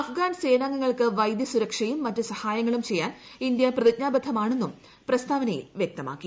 അഫ്ഗാൻ സേനാംഗങ്ങൾക്ക് വൈദ്യസുരക്ഷയ്ക്ക് മ്റ്റു ്സഹായങ്ങളും ചെയ്യാൻ ഇന്ത്യ പ്രതിജ്ഞാബദ്ധമാണെന്നും പ്രിപ്സ്താവനയിൽ വ്യക്തമാക്കി